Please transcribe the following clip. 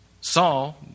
Saul